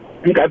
okay